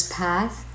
path